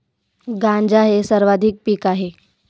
गांजा हे वार्षिक पीक आहे